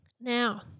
now